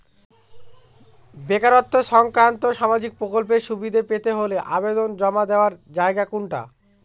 বেকারত্ব সংক্রান্ত সামাজিক প্রকল্পের সুবিধে পেতে হলে আবেদন জমা দেওয়ার জায়গা কোনটা?